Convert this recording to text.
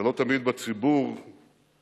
שלא תמיד יש בציבור הערכה